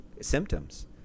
symptoms